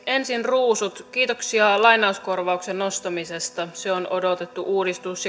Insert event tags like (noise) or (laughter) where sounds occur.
ensin ruusut kiitoksia lainauskorvauksen nostamisesta se on odotettu uudistus (unintelligible)